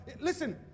listen